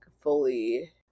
fully